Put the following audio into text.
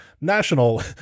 National